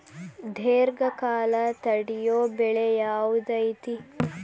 ದೇರ್ಘಕಾಲ ತಡಿಯೋ ಬೆಳೆ ಯಾವ್ದು ಐತಿ?